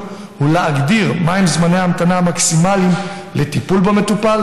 ולהגדיר מהם זמני ההמתנה המקסימליים לטיפול במטופל,